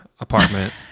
apartment